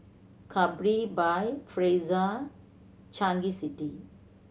Capri by Fraser Changi City